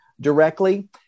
directly